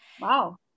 Wow